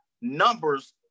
numbers